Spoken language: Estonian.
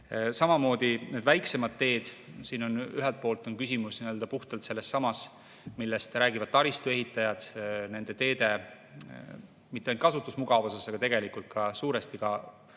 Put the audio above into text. Samamoodi need väiksemad teed. Siin on ühelt poolt küsimus puhtalt sellessamas, millest räägivad taristuehitajad, nende teede mitte ainult kasutusmugavuses, aga tegelikult suuresti ka ohutuses.